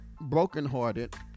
brokenhearted